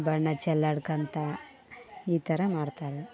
ಬಣ್ಣ ಚಲ್ಲಾಡ್ಕೋತ ಈ ಥರ ಮಾಡ್ತಾಯಿದಾರೆ